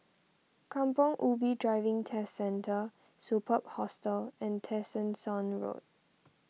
Kampong Ubi Driving Test Centre Superb Hostel and Tessensohn Road